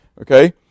okay